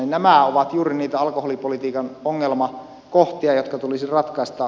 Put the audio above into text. nämä ovat juuri niitä alkoholipolitiikan ongelmakohtia jotka tulisi ratkaista